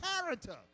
character